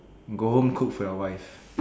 go home cook for your wife